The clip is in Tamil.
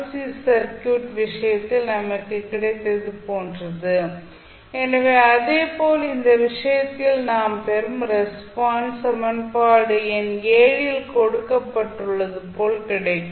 சி சர்க்யூட் விஷயத்தில் நமக்கு கிடைத்தது போன்றது எனவே அதேபோல் இந்த விஷயத்தில் நாம் பெறும் ரெஸ்பான்ஸும் சமன்பாடு எண் ல் கொடுக்கப்பட்டுள்ளது போல் கிடைக்கும்